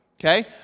okay